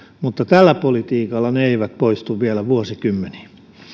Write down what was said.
mutta tällä politiikalla ne eivät poistu vielä vuosikymmeniin